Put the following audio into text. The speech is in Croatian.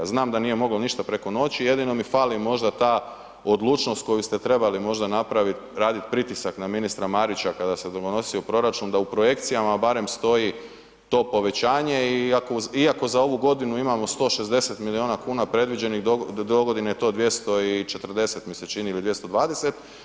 Znam da nije moglo ništa preko noći, jedino mi fali možda ta odlučnost koju ste trebali možda napraviti, raditi pritisak na ministra Marića kada se donosio proračun da u projekcijama barem stoji to povećanje iako za ovu godinu imamo 160 milijuna kuna predviđenih, dogodine je to 240 mi se čini ili 220.